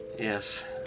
Yes